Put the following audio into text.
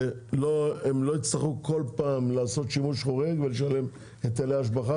שהם לא יצטרכו כל פעם לעשות שימוש חורג ולשלם היטלי השבחה,